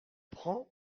prend